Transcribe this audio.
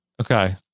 Okay